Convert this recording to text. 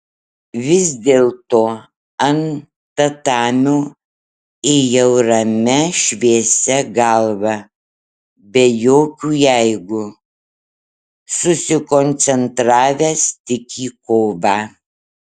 vis dėlto ant tatamio ėjau ramia šviesia galva be jokių jeigu susikoncentravęs tik į kovą